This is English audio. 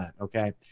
okay